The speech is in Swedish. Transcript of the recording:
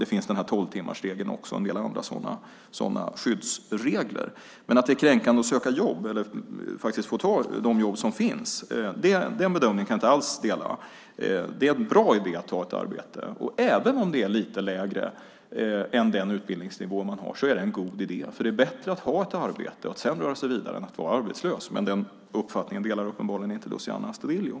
Det finns också en tolvtimmarsregel och en del andra skyddsregler. Men bedömningen att det är kränkande att söka jobb eller att faktiskt ta de jobb som finns kan jag inte alls dela. Det är en bra idé att ta ett arbete. Även om det är på en lägre nivå än den utbildning som man har är det en god idé eftersom det är bättre att ha ett jobb och sedan röra sig vidare än att vara arbetslös. Men den uppfattningen delar uppenbarligen inte Luciano Astudillo.